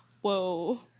Whoa